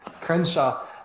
Crenshaw